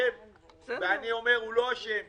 כאשם ואני אומר הוא לא אשם.